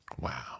wow